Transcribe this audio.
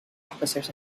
officers